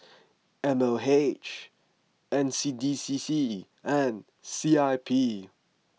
M O H N C D C C and C I P